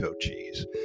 cheese